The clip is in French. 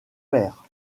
père